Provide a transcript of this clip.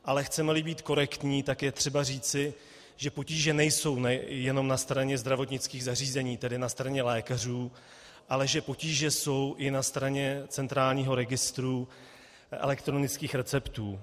Ale chcemeli být korektní, tak je třeba říci, že potíže nejsou jenom na straně zdravotnických zařízení, tedy na straně lékařů, ale že potíže jsou i na straně centrálního registru elektronických receptů.